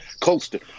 Colston